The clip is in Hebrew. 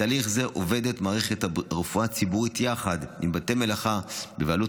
בתהליך זה עובדת מערכת הרפואה הציבורית יחד עם בתי מלאכה בבעלות